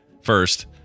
first